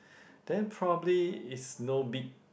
then probably is no big